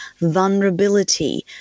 vulnerability